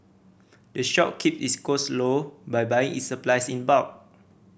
the shop keep its cost low by buying its supplies in bulk